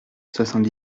soixante